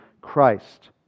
Christ